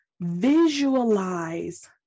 visualize